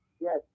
Yes